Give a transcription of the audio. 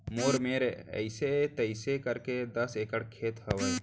मोर मेर अइसे तइसे करके दस एकड़ खेत हवय